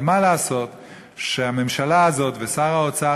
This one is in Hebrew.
אבל מה לעשות שהממשלה הזאת ושר האוצר